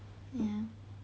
ya